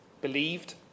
believed